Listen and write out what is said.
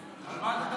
על מה אתה מדבר?